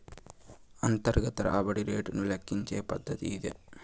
అంతర్గత రాబడి రేటును లెక్కించే పద్దతి ఇది